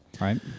Right